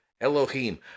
Elohim